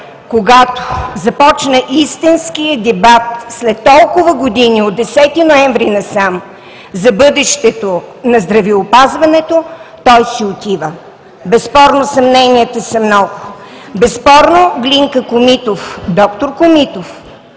когато започна истинският дебат след толкова години, от 10 ноември насам, за бъдещето на здравеопазването, той си отива. Безспорно съмненията са много, безспорно д-р Комитов